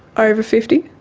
ah over fifty,